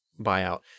buyout